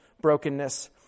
brokenness